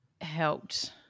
helped